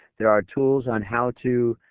there are tools on how to